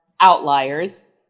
outliers